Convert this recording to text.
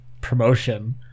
promotion